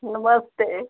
नमस्ते